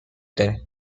داریم